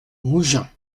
mougins